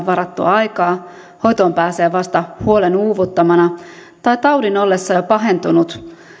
varattua aikaa hoitoon pääsee vasta huolen uuvuttamana tai taudin ollessa jo pahentunut